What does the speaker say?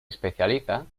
especializa